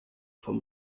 vom